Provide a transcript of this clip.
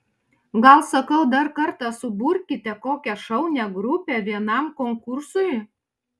gal sakau dar kartą suburkite kokią šaunią grupę vienam konkursui